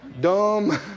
Dumb